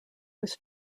was